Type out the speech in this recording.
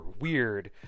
weird